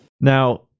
Now